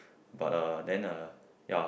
but uh then uh ya